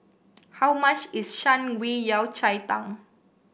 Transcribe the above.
how much is Shan Rui Yao Cai Tang